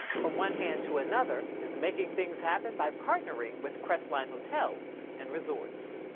from one hand to another is making things happen by partnering with kresline hotels and resorts.